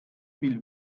viel